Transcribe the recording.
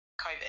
COVID